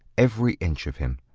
every inch of him.